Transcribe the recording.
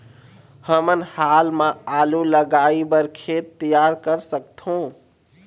हमन हाल मा आलू लगाइ बर खेत तियार कर सकथों?